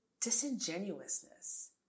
disingenuousness